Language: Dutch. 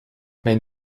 mijn